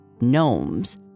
gnomes